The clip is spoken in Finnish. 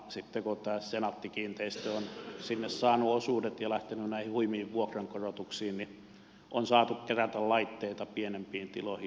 sitten kun senaatti kiinteistöt on sinne saanut osuudet ja lähtenyt näihin huimiin vuokrankorotuksiin niin on saatu kerätä laitteita pienempiin tiloihin